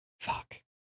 fuck